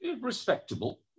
respectable